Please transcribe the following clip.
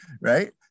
right